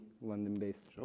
London-based